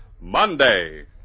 Monday